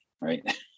right